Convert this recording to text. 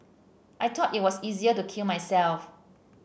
I thought it was easier to kill myself